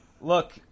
Look